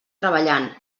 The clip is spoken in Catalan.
treballant